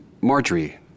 Marjorie